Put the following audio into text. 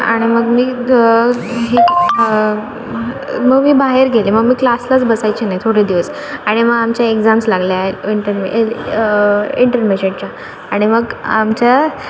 आणि मग मी मग मी बाहेर गेले मग मी क्लासलाच बसायचे नाही थोडे दिवस आणि मग आमच्या एक्झाम्स लागल्या इंटरमे एंटर एंटरमिजेटच्या आणि मग आमच्या